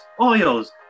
oils